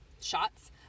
shots